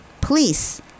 Police